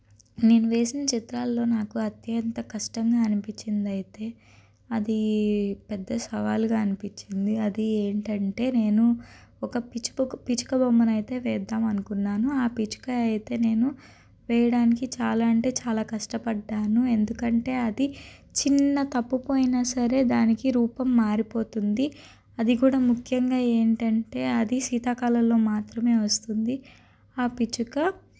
నేను వేసిన చిత్రాల్లో నాకు అత్యంత కష్టంగా అనిపించింది అయితే అది పెద్ద సవాల్గా అనిపించింది అది ఏంటంటే నేను ఒక పిచ్చుక పిచ్చుక బొమ్మనైతే వేద్దాము అనుకున్నాను ఆ పిచ్చుక అయితే నేను వేయడానికి చాలా అంటే చాలా కష్టపడ్డాను ఎందుకంటే అది చిన్న తప్పు పోయినా సరే దానికి రూపం మారిపోతుంది అది కూడా ముఖ్యంగా ఏంటంటే అది శీతాకాలంలో మాత్రమే వస్తుంది ఆ పిచ్చుక